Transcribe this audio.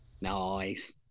nice